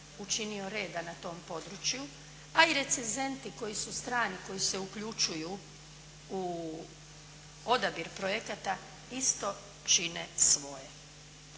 učinio reda na tom području, a i recenzenti koji su strani koji se uključuju u odabir projekata isto čine svoje.